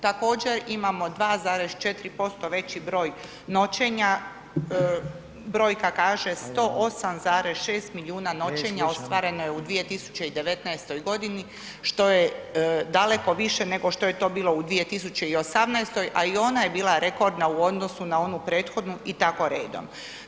Također imamo 2,4% veći broj noćenja, brojka kaže 108,6 milijuna noćenja ostvareno je u 2019. godini što je daleko više nego što je to bilo u 2018., a i ona je bila rekordna u odnosu na onu prethodnu i tako redom.